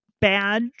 badge